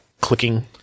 Clicking